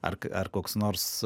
ar ar koks nors